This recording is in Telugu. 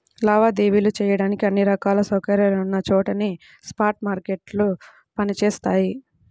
లావాదేవీలు చెయ్యడానికి అన్ని రకాల సౌకర్యాలున్న చోటనే స్పాట్ మార్కెట్లు పనిచేత్తయ్యి